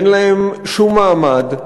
אין להם שום מעמד,